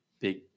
big